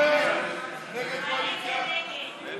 ההסתייגות (238) של חברת הכנסת יעל גרמן